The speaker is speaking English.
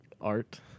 Art